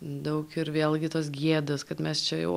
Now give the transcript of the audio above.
daug ir vėlgi tos gėdos kad mes čia jau